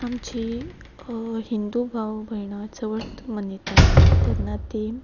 आतां आमची हिंदू भाव भयणां चवथ मनयतात तेन्ना ती